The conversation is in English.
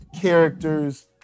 characters